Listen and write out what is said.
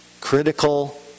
critical